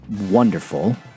wonderful